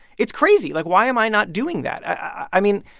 it's crazy. like, why am i not doing that? i mean,